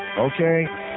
Okay